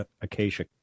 acacia